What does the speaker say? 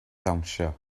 dawnsio